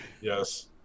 Yes